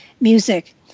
music